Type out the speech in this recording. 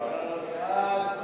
סעיף 1